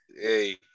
Hey